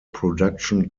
production